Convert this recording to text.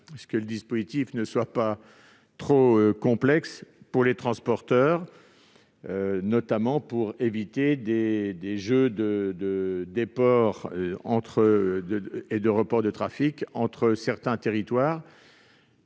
que le dispositif ne soit pas trop complexe pour les transporteurs, notamment pour éviter des phénomènes de déport du trafic entre certains territoires.